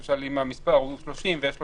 אם למשל המספר הוא 30 ויש 31,